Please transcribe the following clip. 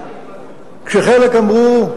כשחלק אמרו: